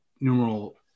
numeral